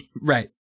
Right